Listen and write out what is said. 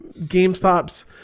GameStop's